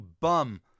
bum